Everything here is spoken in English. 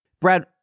Brad